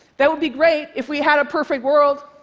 that would be great if we had a perfect world,